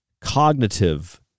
cognitive